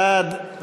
בעד,